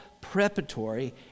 preparatory